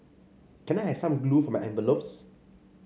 can I have some glue for my envelopes